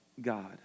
God